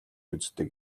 үздэг